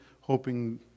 hoping